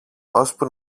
ώσπου